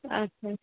अच्छा